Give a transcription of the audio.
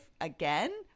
again